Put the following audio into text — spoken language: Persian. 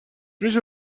میشه